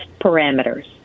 parameters